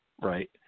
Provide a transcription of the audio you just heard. right